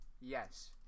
Yes